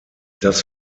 das